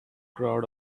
crowd